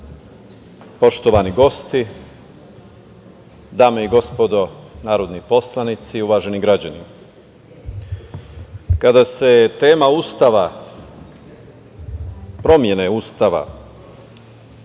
poštovani gosti, dame i gospodo narodni poslanici, uvaženi građani, kada se tema Ustava, promene Ustava